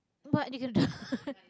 what are you gonna go